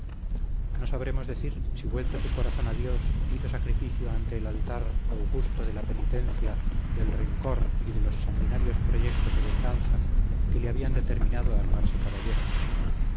no sabremos decir si vuelto su corazón a dios hizo sacrificio ante el altar augusto de la penitencia del rencor y de los sanguinarios proyectos de venganza que le habían determinado a armarse caballero